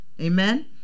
Amen